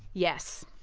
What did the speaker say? yes,